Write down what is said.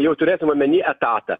jau turėsim omeny etatą